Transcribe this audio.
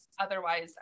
otherwise